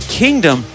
kingdom